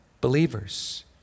believers